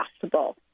possible